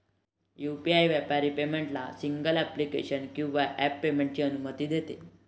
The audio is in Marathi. यू.पी.आई व्यापारी पेमेंटला सिंगल ॲप्लिकेशन किंवा ॲप पेमेंटची अनुमती देते